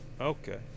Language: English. Okay